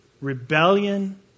rebellion